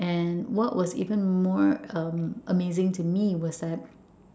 and what was even more a~ amazing to me was that